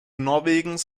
norwegens